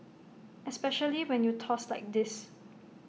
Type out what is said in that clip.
especially when you toss like this